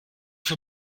für